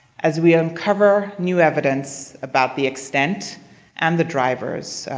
as we uncover new evidence about the extent and the drivers,